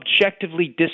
objectively